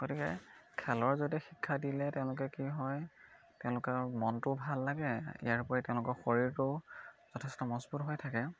গতিকে খেলৰ যদি শিক্ষা দিলে তেওঁলোকে কি হয় তেওঁলোকৰ মনটোও ভাল লাগে ইয়াৰ উপৰি তেওঁলোকৰ শৰীৰটোও যথেষ্ট মজবুত হৈ থাকে